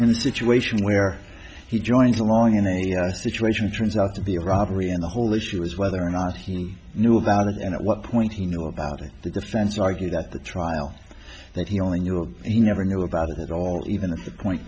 the situation where he joins a long in the situation turns out to be a robbery and the whole issue was whether or not he knew about it and at what point he knew about it the defense argued that the trial that he only knew he never knew about it at all even the point